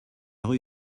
rue